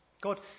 God